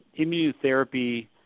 immunotherapy